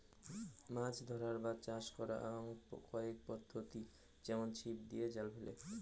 মাছ ধরার বা চাষ করাং কয়েক পদ্ধতি যেমন ছিপ দিয়ে, জাল ফেলে